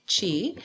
chi